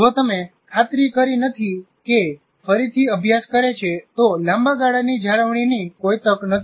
જો તમે ખાતરી કરી નથી કે તે ફરીથી અભ્યાસ કરે છે તો લાંબા ગાળાની જાળવણીની કોઈ તક નથી